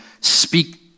speak